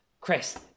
Chris